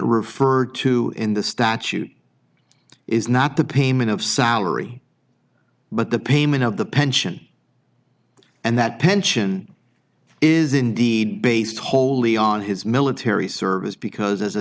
referred to in the statute is not the payment of salary but the payment of the pension and that pension is indeed based wholly on his military service because as a